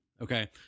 Okay